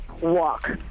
walk